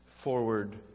forward